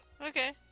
Okay